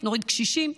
נוריד קשישים,